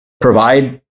provide